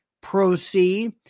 proceed